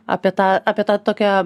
apie tą apie tą tokią